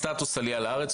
כמו כן, סטטוס עלייה לארץ.